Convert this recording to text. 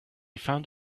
found